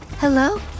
hello